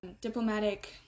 diplomatic